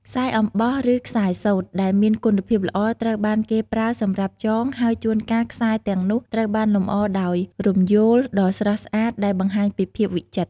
ខ្សែអំបោះ ឬខ្សែសូត្រ ដែលមានគុណភាពល្អ ត្រូវបានគេប្រើសម្រាប់ចង ហើយជួនកាលខ្សែទាំងនោះត្រូវបានលម្អដោយរំយោលដ៏ស្រស់ស្អាតដែលបង្ហាញពីភាពវិចិត្រ។